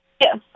Yes